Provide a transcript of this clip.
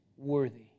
Worthy